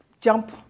jump